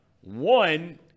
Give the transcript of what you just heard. one